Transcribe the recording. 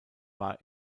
war